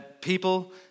people